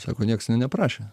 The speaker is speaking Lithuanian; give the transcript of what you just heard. sako nieks ten neprašė